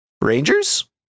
Rangers